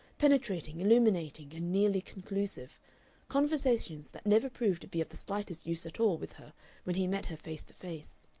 penetrating, illuminating, and nearly conclusive conversations that never proved to be of the slightest use at all with her when he met her face to face.